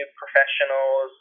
professionals